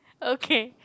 okay